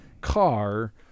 car